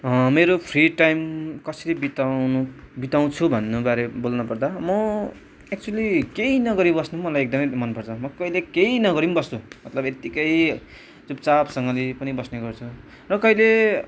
मेरो free time कसरी बिताउनु बिताउँछु भन्नु बारे बोल्नुपर्दा म एक्चुअली केही नगरी बस्नु पनि मलाई एकदमै मनपर्छ म कहिले केही नगरी पनि बस्छु मतलब यत्तिकै चुपचापसँगले पनि बस्नेगर्छु र कहिले